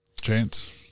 Chance